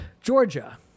Georgia